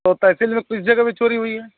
तो पैसे किस जगह पर चोरी हुई है